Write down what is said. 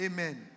Amen